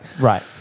Right